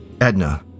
Edna